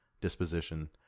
disposition